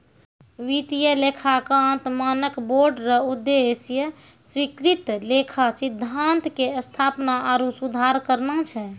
वित्तीय लेखांकन मानक बोर्ड रो उद्देश्य स्वीकृत लेखा सिद्धान्त के स्थापना आरु सुधार करना छै